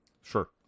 Sure